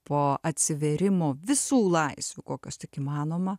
po atsivėrimo visų laisvių kokios tik įmanoma